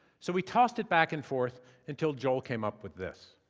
so we tossed it back and forth until joel came up with this.